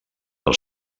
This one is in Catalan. del